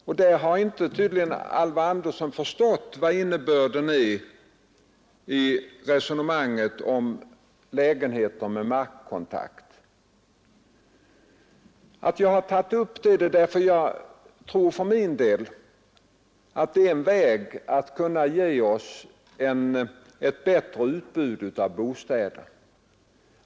Tydligen har inte Alvar Andersson förstått vad innebörden är i resonemanget om lägenheter med markkontakt. Jag tror för min del att det är en väg som kan ge oss ett bättre utbud av bostäder.